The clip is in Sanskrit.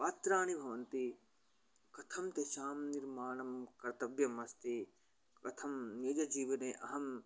पात्राणि भवन्ति कथं तेषां निर्माणं कर्तव्यमस्ति कथं निजजीवने अहं